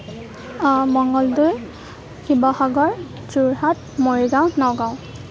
Mangaldai Sivasagar Jorhat Morigaon Nagaon